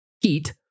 heat